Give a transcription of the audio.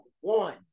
one